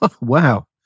Wow